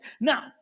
Now